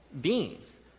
beings